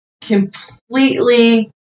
completely